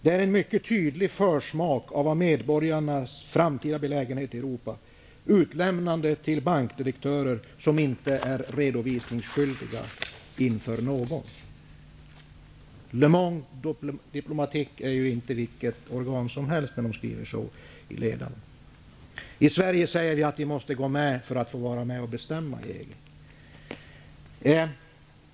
Det är en mycket tydlig försmak av medborgarnas framtida belägenhet, utlämnade till bankdirektörer som inte är redovisningsskyldiga inför någon.'' Le Monde diplomatique är ju inte vilket organ som helst. I Sverige säger vi att vi måste gå med i EG för att få vara med och bestämma.